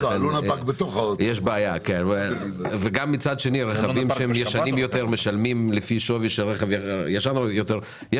וגם רכבים שהם ישנים יותר משלמים לפי שווי של רכב ישן יש